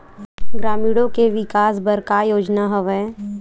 ग्रामीणों के विकास बर का योजना हवय?